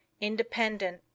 independent